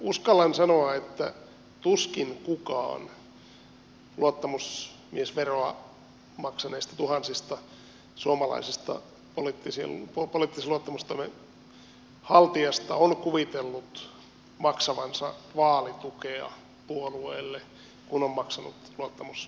uskallan sanoa että tuskin kukaan tuhansista suomalaisista luottamusmiesveroa maksaneista poliittisen luottamustoimen haltijoista on kuvitellut maksavansa vaalitukea puolueelle kun on maksanut luottamusmiesveroa